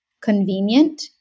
convenient